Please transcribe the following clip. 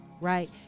right